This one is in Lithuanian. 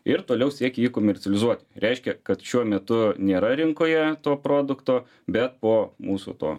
ir toliau sieka jį komercializuoti reiškia kad šiuo metu nėra rinkoje to produkto bet po mūsų to